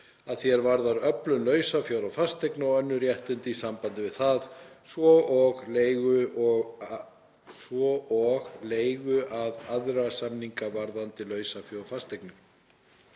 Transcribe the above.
að því er varðar öflun lausafjár og fasteigna og önnur réttindi í sambandi við það, svo og leigu eða aðra samninga varðandi lausafé og fasteignir.“